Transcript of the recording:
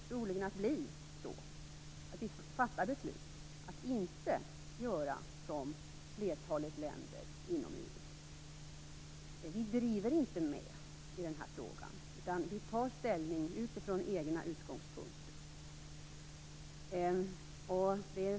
Troligen blir det ju så att vi fattar beslutet att inte göra som flertalet länder inom EU. Vi driver inte med i den här frågan, utan vi tar ställning utifrån egna utgångspunkter.